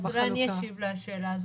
אז אולי אני אשיב לשאלה הזאת.